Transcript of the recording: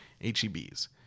H-E-B's